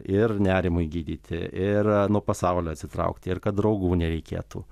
ir nerimui gydyti ir nuo pasaulio atsitraukti ir kad draugų nereikėtų